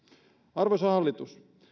arvoisa hallitus